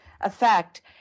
effect